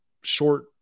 short